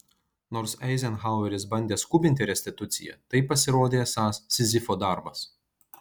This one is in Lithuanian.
nors eizenhaueris bandė skubinti restituciją tai pasirodė esąs sizifo darbas